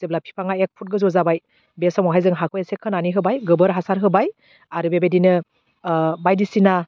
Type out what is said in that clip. जेब्ला फिफांआ एक फुट गोजौ जाबाय बे समावहाय जों हाखौ एसे खोनानै होबाय गोबोर हासार होबाय आरो बेबायदिनो ओह बायदिसिना